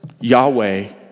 Yahweh